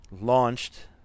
launched